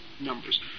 numbers